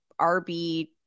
RB